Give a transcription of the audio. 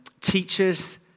teachers